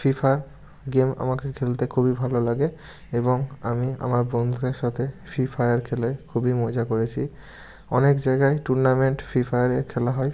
free Fire game আমাকে খেলতে খুবই ভালো লাগে এবং আমি আমার বন্ধুদের সাথে ফ্রি ফায়ার খেলে খুবই মজা করেছি অনেক জায়গায় টুর্নামেন্ট ফ্রি ফায়ারে খেলা হয়